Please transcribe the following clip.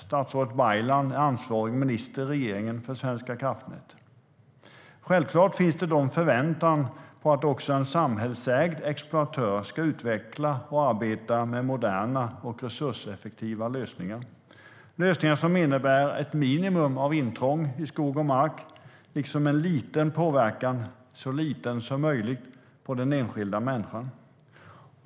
Statsrådet Baylan är ansvarig minister i regeringen för Svenska kraftnät. Självklart finns det en förväntan på att också en samhällsägd exploatör ska utveckla och arbeta med moderna och resurseffektiva lösningar. Det handlar om lösningar som innebär ett minimum av intrång i skog och mark liksom en liten påverkan, så liten som möjligt, på den enskilda människan.